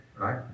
right